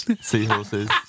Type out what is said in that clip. Seahorses